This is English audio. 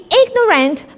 ignorant